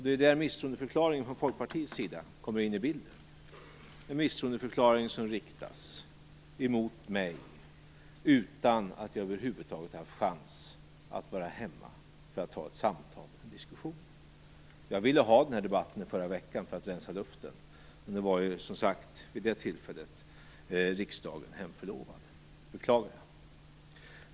Det är där misstroendeförklaringen från Folkpartiet kommer in i bilden, en misstroendeförklaring som riktas emot mig utan att jag över huvud taget har haft chans att vara hemma för att ha ett samtal eller ta en diskussion. Jag ville ha den här debatten i förra veckan för att rensa luften. Men, som sagt, vid det tillfället var riksdagen hemförlovad. Det beklagar jag.